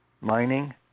mining